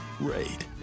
Raid